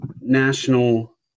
national